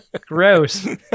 Gross